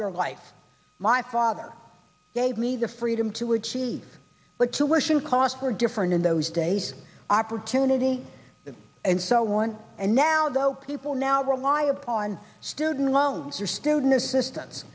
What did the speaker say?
your life my father gave me the freedom to achieve what you wish in cost were different in those days opportunity and so one and now though people now rely upon student loans your student assistance